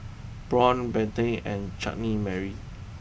Braun Pantene and Chutney Mary